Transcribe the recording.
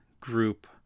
group